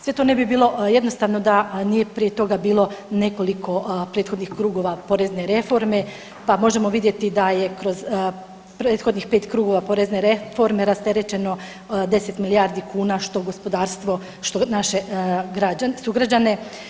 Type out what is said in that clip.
Sve to ne bi bilo jednostavno da nije prije toga bilo nekoliko prethodnih krugova porezne reforme, pa možemo vidjeti da je kroz prethodnih pet krugova porezne reforme rasterećeno 10 milijardi kuna što gospodarstvo, što naše sugrađane.